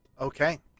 Okay